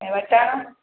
ऐं वटाणा